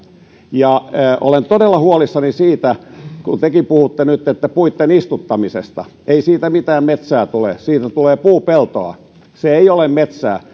olen todella huolissani siitä kun tekin puhutte nyt puitten istuttamisesta ei siitä mitään metsää tule siitä tulee puupeltoa se ei ole metsää